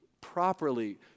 properly